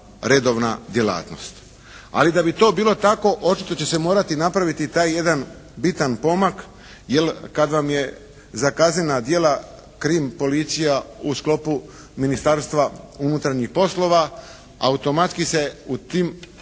redovna djelatnost. Ali da bi to bilo tako očito će se morati napraviti taj jedan bitan pomak jer kad vam je za kaznena djela krim policija u sklopu Ministarstva unutarnjih poslova automatski se u tim situacijama